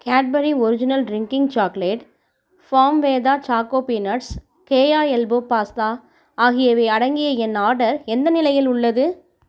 Cadbury original drinking chocolate Farmveda choco peanuts Keya elbow pasta ஆகியவை அடங்கிய என் ஆர்டர் எந்த நிலையில் உள்ளது